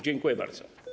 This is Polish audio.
Dziękuję bardzo.